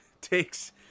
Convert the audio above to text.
takes